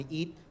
eat